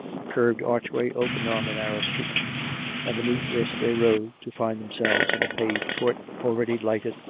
a curved archway opened on the narrow street and beneath this they rode, to find themselves in a paved court, already lighted,